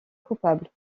coupable